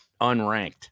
unranked